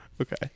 okay